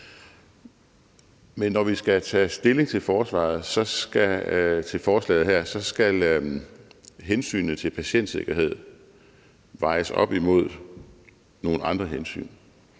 Men når vi skal tage stilling til forslaget her, skal hensynet til patientsikkerhed vejes op imod nogle andre hensyn.